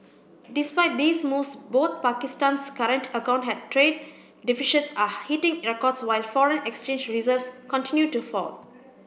despite these moves both Pakistan's current account and trade deficits are hitting records while foreign exchange reserves continue to fall